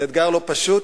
זה אתגר לא פשוט.